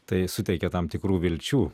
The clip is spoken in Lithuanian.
tai suteikia tam tikrų vilčių